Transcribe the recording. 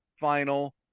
final